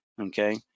okay